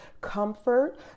comfort